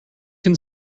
can